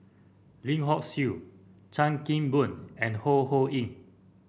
Lim Hock Siew Chan Kim Boon and Ho Ho Ying